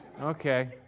Okay